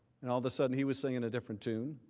and all of a sudden he was singing a different tune.